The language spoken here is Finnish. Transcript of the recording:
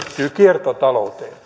kiertotalouteen